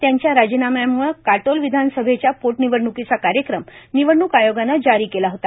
त्यांच्या राजीनाम्याम्ळे काटोल विधानसभेच्या पोटनिवडण्कीचा कार्यक्रम निवडण्क आयोगाने जारी केला होता